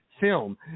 film